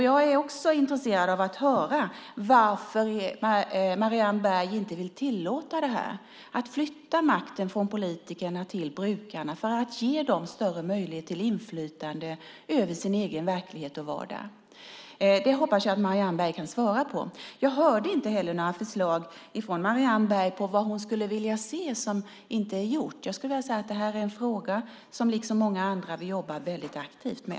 Jag är också intresserad av att höra varför Marianne Berg inte vill tillåta att man flyttar makten från politikerna till brukarna för att ge dem större möjligheter till inflytande över sin egen verklighet och vardag. Det hoppas jag att Marianne Berg kan svara på. Jag hörde inte heller några förslag från Marianne Berg på vad hon skulle vilja se som inte är gjort. Jag skulle vilja säga att det här är en fråga som liksom många andra vi jobbar väldigt aktivt med.